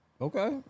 Okay